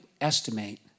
estimate